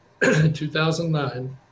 2009